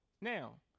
Now